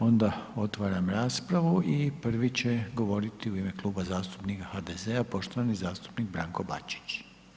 Onda otvaram raspravu i prvi će govoriti u ime Kluba zastupnika HDZ-a poštovani zastupnik Branko Bačić.